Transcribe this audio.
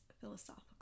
philosophical